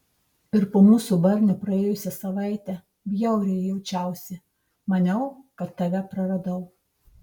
ir po mūsų barnio praėjusią savaitę bjauriai jaučiausi maniau kad tave praradau